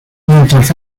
mientras